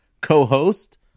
co-host